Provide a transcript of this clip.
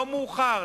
לא מאוחר,